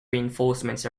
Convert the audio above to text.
reinforcements